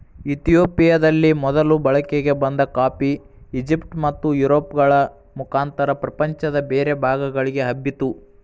ಇತಿಯೋಪಿಯದಲ್ಲಿ ಮೊದಲು ಬಳಕೆಗೆ ಬಂದ ಕಾಫಿ, ಈಜಿಪ್ಟ್ ಮತ್ತುಯುರೋಪ್ಗಳ ಮುಖಾಂತರ ಪ್ರಪಂಚದ ಬೇರೆ ಭಾಗಗಳಿಗೆ ಹಬ್ಬಿತು